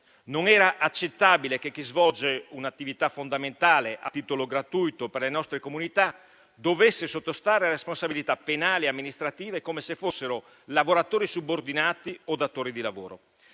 Non era accettabile che chi svolge, a titolo gratuito, un'attività fondamentale per le nostre comunità dovesse sottostare a responsabilità penali e amministrative, come se fossero lavoratori subordinati o datori di lavoro.